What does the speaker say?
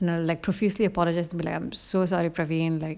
I'm like previously apologize I'm so sorry praveen like